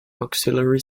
auxiliary